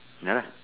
ya lah